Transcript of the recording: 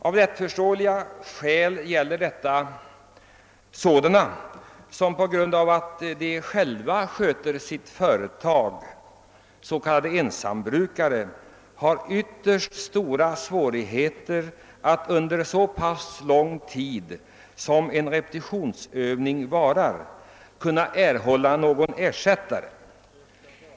Av lättförståeliga skäl gäller detta s.k. ensambrukare, vilka på grund av att de själva sköter sitt företag har ytterst stora svårigheter att under så pass lång tid som en repetitionsövning varar kunna erhålla någon ersättare.